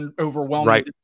overwhelming